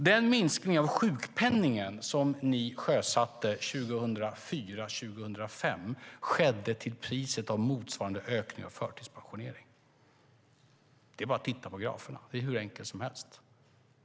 Den minskning av sjukpenningen som ni sjösatte 2004-2005 skedde till priset av motsvarande ökning av förtidspensionering. Det är bara att titta på graferna. Det är hur enkelt som helst.